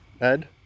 Ed